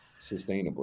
sustainably